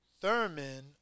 Thurman